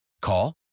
Call